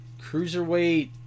Cruiserweight